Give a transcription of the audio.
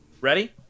Ready